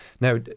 Now